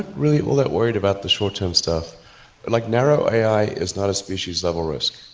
really all that worried about the short term stuff like narrow ai. it's not a species level risk,